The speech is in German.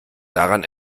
daran